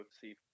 see